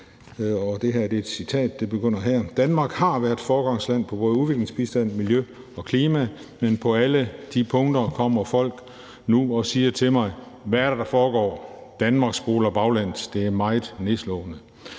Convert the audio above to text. Det her er et citat: »Danmark har været foregangsland på både udviklingsbistand, miljø og klima. På alle de punkter kommer folk nu og siger til mig: Hvad er det der forgår? Danmark spoler baglæns. Det er en meget nedslående